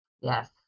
Yes